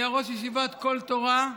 הוא היה ראש ישיבת קול תורה,